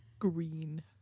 Green